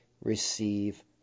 receive